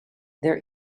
there